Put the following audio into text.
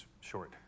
short